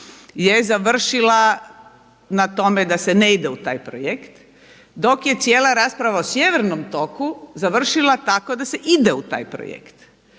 je završila na tome da se ne ide u taj projekt. Dok je cijela rasprava o sjevernom toku završila tako da se ide u taj projekt.